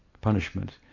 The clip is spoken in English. punishment